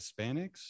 Hispanics